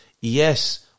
yes